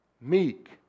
meek